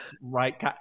right